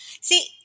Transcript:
see